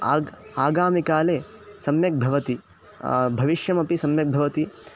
आग् आगामिकाले सम्यक् भवति भविष्यमपि सम्यक् भवति